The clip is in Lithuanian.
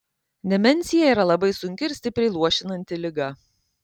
demencija yra labai sunki ir stipriai luošinanti liga